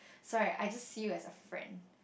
sorry I just see you as a friend